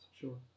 sure